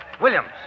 Williams